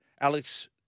Alex